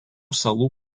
salų